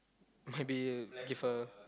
maybe give her